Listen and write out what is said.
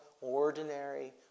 ordinary